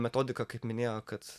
metodika kaip minėjo kad